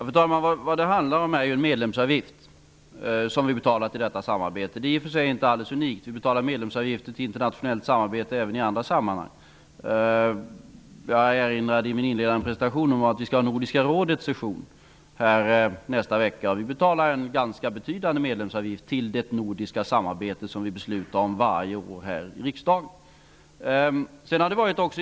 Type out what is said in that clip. Fru talman! Det handlar ju om en medlemsavgift som vi betalar i samband med detta samarbete. Det är i och för sig inte alldeles unikt. Vi betalar medlemsavgifter när det gäller internationellt samarbete även i andra sammanhang. I min inledande presentation erinrade jag om att vi skall ha Nordiska rådets session här nästa vecka. Vi betalar en ganska betydande medlemsavgift, som vi beslutar om varje år här i riksdagen, till Nordiska rådet.